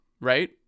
right